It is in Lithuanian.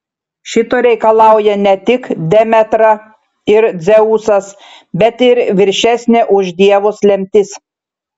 šito reikalauja ne tik demetra ir dzeusas bet ir viršesnė už dievus lemtis